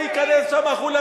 תביא משהו חדש.